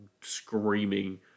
screaming